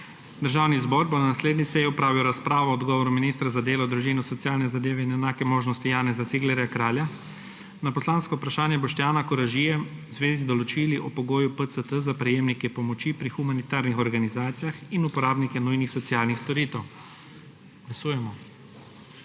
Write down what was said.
Državni zbor bo na naslednji seji opravil razpravo o odgovoru ministra za delo, družino, socialne zadeve in enake možnosti Janeza Ciglerja Kralja na poslansko vprašanje Boštjana Koražije v zvezi z določili o pogoju PCT za prejemnike pomoči pri humanitarnih organizacijah in uporabnike nujnih socialnih storitev Glasujemo.